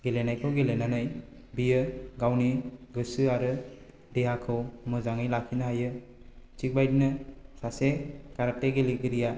गेलेनायखौ गेलेनानै बियो गावनि गोसो आरो देहाखौ मोजाङै लाखिनो हायो थिग बेबायदिनो सासे काराथि गेलेगिरिया